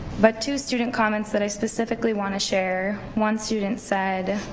but two student comments that i specifically want to share, one student said,